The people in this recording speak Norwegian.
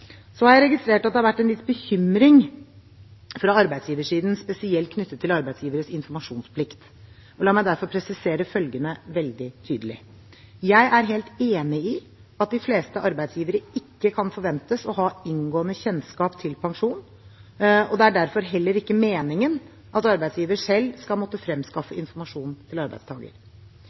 Så har jeg registrert at det har vært en viss bekymring fra arbeidsgiversiden spesielt knyttet til arbeidsgiveres informasjonsplikt. La meg derfor presisere følgende veldig tydelig: Jeg er helt enig i at de fleste arbeidsgivere ikke kan forventes å ha inngående kjennskap til pensjon, og det er derfor heller ikke meningen at arbeidsgiver selv skal måtte fremskaffe informasjon til arbeidstaker.